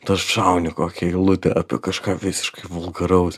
ta šauni kokią eilutę apie kažką visiškai vulgaraus